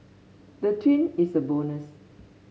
the twin is a bonus